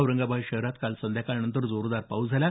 औरंगाबाद शहरात काल संध्याकाळनंतर जोरदार पाऊस झाला